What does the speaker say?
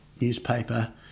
newspaper